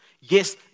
Yes